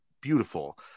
beautiful